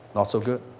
not so good.